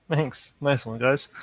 thanks. last one guys.